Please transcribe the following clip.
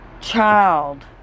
child